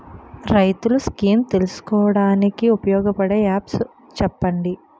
రైతులు స్కీమ్స్ తెలుసుకోవడానికి ఉపయోగపడే యాప్స్ చెప్పండి?